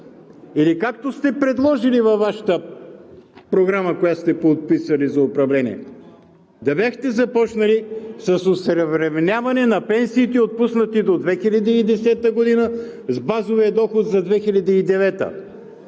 или както сте предложили във Вашата програма, която сте подписали, за управление, да бяхте започнали с осъвременяване на пенсиите, отпуснати до 2010 г. с базовия доход за 2009